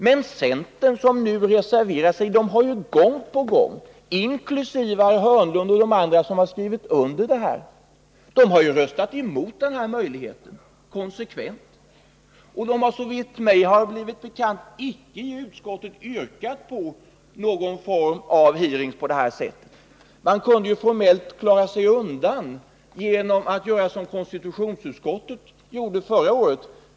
Men centern, som nu reserverar sig, har gång på gång, inklusive herr Hörnlund och andra, konsekvent röstat emot denna möjlighet. Såvitt mig är bekant har de i utskottet inte yrkat på någon form av hearing. Man kunde ju formellt klara sig genom att göra som konstitutionsutskottet gjorde förra året.